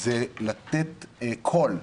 לתת קול,